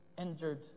injured